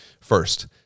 first